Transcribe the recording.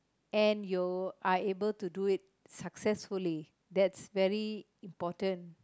and you are able to do it successfully that's very important